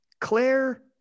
Claire